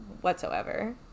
whatsoever